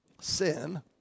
sin